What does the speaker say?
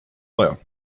vaja